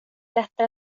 lättare